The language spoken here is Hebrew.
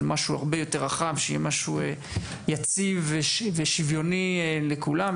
משהו הרבה יותר רחב שיהיה משהו יציב ושוויוני לכולם,